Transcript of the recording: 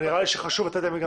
ונראה לי שחשוב לתת להם את